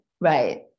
Right